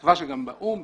ובתקווה שגם באו"ם,